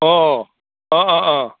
অঁ অঁ অঁ অঁ অঁ